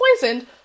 poisoned